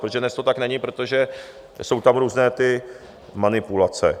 A dnes to tak není, protože jsou tam různé manipulace.